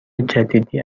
جدیدی